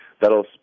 That'll